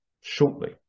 shortly